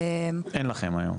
אין לכם היום?